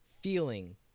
feeling